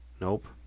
Nope